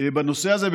בנושא הזה,